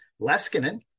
Leskinen